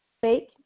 fake